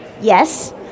Yes